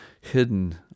hidden